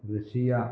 Russia